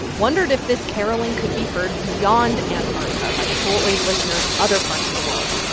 wondered if this caroling could be heard beyond antarctica by shortwave listeners in other parts of the world.